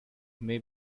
may